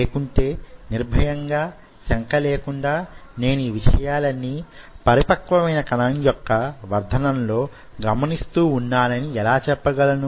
లేకుంటే నిర్భయంగా శంక లేకుండా నేను యీ విషయాలన్నీ పరిపక్వమైన కణం యొక్క వర్ధనం లో గమనిస్తూవున్నానని ఎలా చెప్పగలను